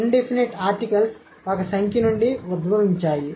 in definite articles ఒక సంఖ్య నుండి ఉద్భవించాయి